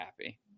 happy